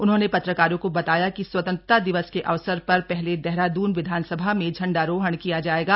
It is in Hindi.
उन्होंने पत्रकारों को बताया कि स्वतंत्रता दिवस के अवसर पर पहले देहरादून विधानसभा में झंडारोहण किया जाएगा